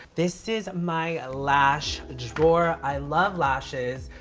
this is my lash ah drawer. i love lashes.